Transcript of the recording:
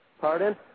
Pardon